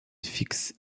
fixe